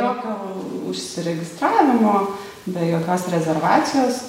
jokio užsiregistravimo be jokios rezervacijos